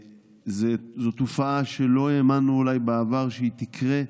זו תופעה שלא האמנו אולי בעבר שתקרה,